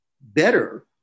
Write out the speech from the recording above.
better